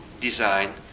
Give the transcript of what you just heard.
design